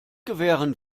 gewähren